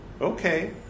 Okay